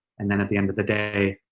and then at the end of the day,